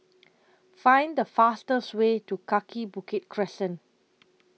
Find The fastest Way to Kaki Bukit Crescent